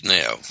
now